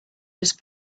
just